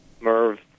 Merv